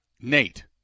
Nate